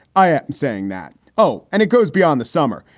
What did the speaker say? i am saying that. oh, and it goes beyond the summer.